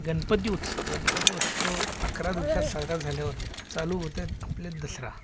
गणपती उत्सव गणपती उत्सव अकरा दिवसात साजरा झाल्यावर चालू होते आपले दसरा